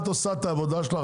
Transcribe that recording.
את עושה את העבודה שלך,